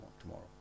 tomorrow